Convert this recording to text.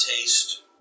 taste